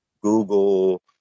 Google